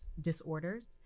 disorders